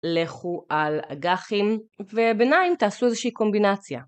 לכו על אג"חים וביניים תעשו איזושהי קומבינציה.